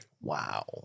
Wow